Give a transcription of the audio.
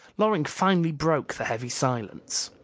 loring finally broke the heavy silence.